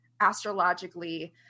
astrologically